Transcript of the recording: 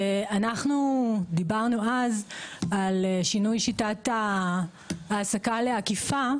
אנחנו דיברנו על שינוי שיטת ההעסקה לעקיפה,